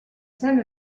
sant